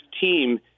team